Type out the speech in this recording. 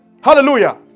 Hallelujah